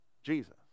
jesus